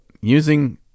using